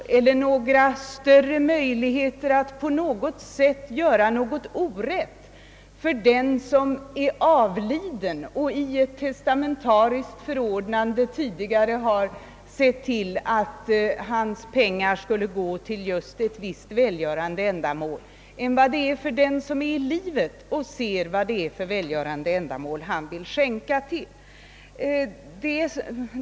Det finns heller ingen anledning att ur rättvisesynpunkt göra en distinktion mellan om en person i ett testamentariskt förordnande har sett till, att hans pengar, sedan han avlidit, skall gå till ett visst välgörande ändamål, och om en person som är i livet bestämmer, till vilket välgörande ändamål han vill skänka pengar.